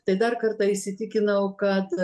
tai dar kartą įsitikinau kad